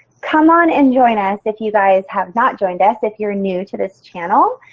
come on and join us if you guys have not joined us if you're new to this channel.